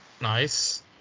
Nice